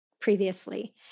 previously